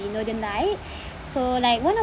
you know the night so like one of